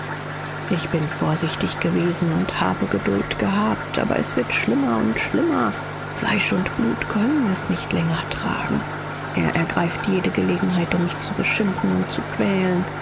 ich bin vorsichtig gewesen und bin geduldig gewesen aber es wird immer schlimmer fleisch und blut kann es nicht länger tragen jede gelegenheit die sich darbietet mich zu kränken und zu quälen